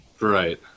Right